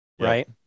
right